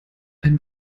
ein